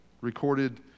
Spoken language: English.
recorded